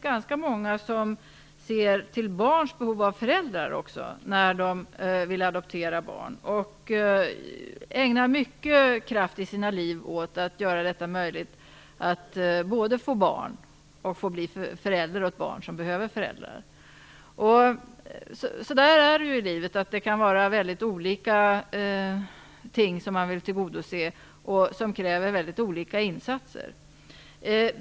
Ganska många ser till barns behov av föräldrar när de vill adoptera, och de ägnar mycken kraft i sina liv åt att göra detta möjligt, dvs. både att få barn och att bli föräldrar åt barn som behöver föräldrar. Det är så i livet, att man har olika uppfattning om vilka ting man vill tillgodose, och det kan kräva olika insatser.